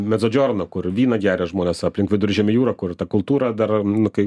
medzodžiono kur vyną geria žmonės aplink viduržemio jūrą kur ta kultūra dar nu kai